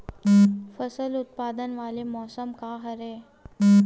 फसल उत्पादन वाले मौसम का हरे?